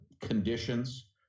conditions